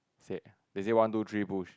said they say one two three push